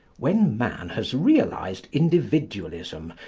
when man has realised individualism,